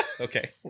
Okay